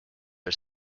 are